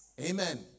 Amen